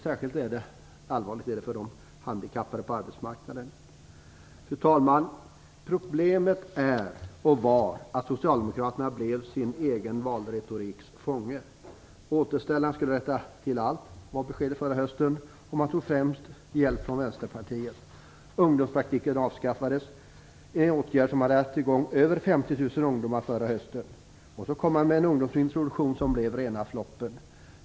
Särskilt allvarligt är det för de handikappade på arbetsmarknaden. Fru talman! Problemet är och var att Socialdemokraterna blev sin egen valretoriks fångar. Återställarna skulle rätta till allt, var beskedet förra hösten, och man tog främst hjälp från Vänsterpartiet. Ungdomspraktiken avskaffades, en åtgärd som hade gett sysselsättning åt över 50 000 ungdomar förra hösten. I stället kom regeringen med en ungdomsintroduktion som blev rena floppen.